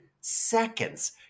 seconds